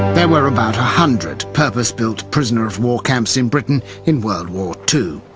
there were about a hundred purpose-built prisoner-of-war camps in britain in world war two.